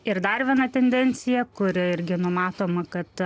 ir dar viena tendencija kuri irgi numatoma kad